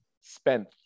spent